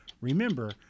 Remember